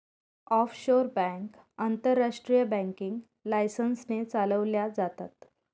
offshore bank आंतरराष्ट्रीय banking licence ने चालवल्या जातात